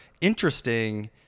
interesting